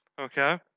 Okay